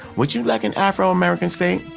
would you like an afro american state?